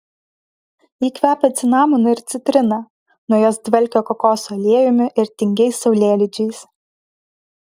ji kvepia cinamonu ir citrina nuo jos dvelkia kokosų aliejumi ir tingiais saulėlydžiais